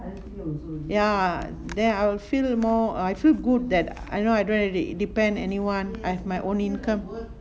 ya then I will feel more I feel good that I know I don't really depend anyone I have my own income